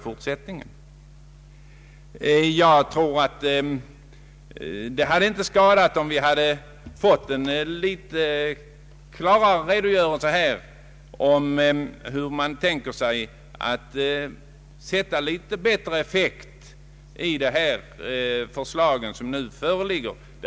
Det hade inte skadat, om vi hade fått en klarare redogörelse för hur regeringen tänker sig få bättre effekt av den ordning som nu föreslås.